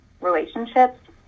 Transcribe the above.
relationships